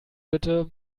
bitte